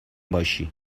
باشی